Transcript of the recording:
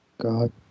God